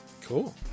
Cool